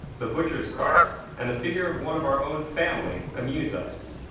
the butcher's cart, and the figure of one of our own family amuse us.